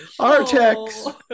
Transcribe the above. Artex